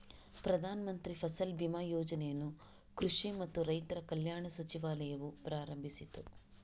ಪ್ರಧಾನ ಮಂತ್ರಿ ಫಸಲ್ ಬಿಮಾ ಯೋಜನೆಯನ್ನು ಕೃಷಿ ಮತ್ತು ರೈತರ ಕಲ್ಯಾಣ ಸಚಿವಾಲಯವು ಪ್ರಾರಂಭಿಸಿತು